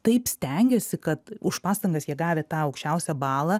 taip stengiasi kad už pastangas jie gavę tą aukščiausią balą